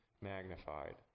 magnified